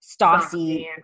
Stassi